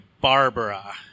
Barbara